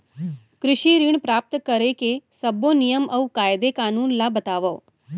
कृषि ऋण प्राप्त करेके सब्बो नियम अऊ कायदे कानून ला बतावव?